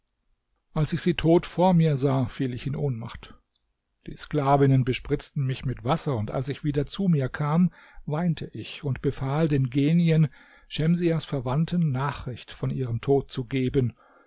als ich sie tot vor mir sah fiel ich in ohnmacht die sklavinnen bespritzten mich mit wasser und als ich wieder zu mir kam weinte ich und befahl den genien schemsiahs verwandten nachricht von ihrem tod zu geben